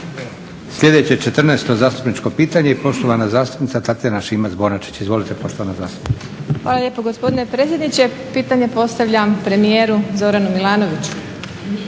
Sljedeće 14. zastupničko pitanje i poštovana zastupnica Tatjana Šimac-Bonačić. Izvolite poštovana zastupnice. **Šimac Bonačić, Tatjana (SDP)** Hvala lijepo, gospodine predsjedniče. Pitanje postavljam premijeru Zoranu Milanoviću.